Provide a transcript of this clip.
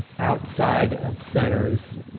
outside of centers